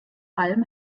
alm